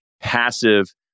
passive